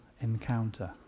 encounter